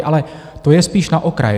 Ale to je spíš na okraj.